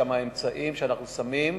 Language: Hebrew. שיש שם אמצעים שאנחנו שמים,